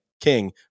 King